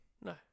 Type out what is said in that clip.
No